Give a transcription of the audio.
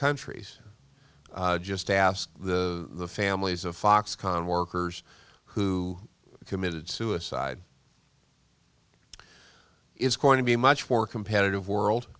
countries just ask the families of foxconn workers who committed suicide is going to be much more competitive world